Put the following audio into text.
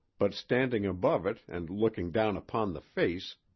but standing above it and looking down upon the face,